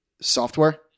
software